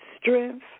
strength